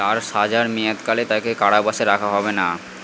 তার সাজার মেয়াদকালে তাকে কারাবাসে রাখা হবে না